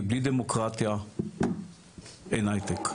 כי בלי דמוקרטיה אין הייטק,